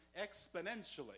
exponentially